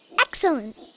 Excellent